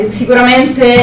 sicuramente